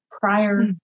prior